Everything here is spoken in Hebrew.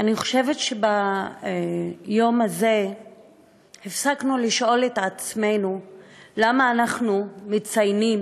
אני חושבת שביום הזה הפסקנו לשאול את עצמנו למה אנחנו מציינים